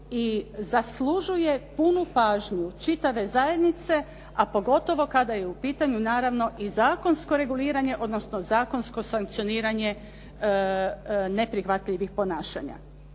i zaslužuje punu pažnju čitave zajednice, a pogotovo kada je u pitanju, naravno i zakonsko reguliranje, odnosno zakonsko sankcioniranje neprihvatljivih ponašanja.